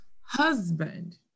husband